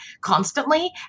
constantly